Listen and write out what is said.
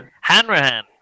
hanrahan